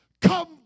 come